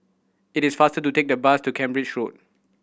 it is faster to take a bus to Cambridge Road